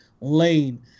Lane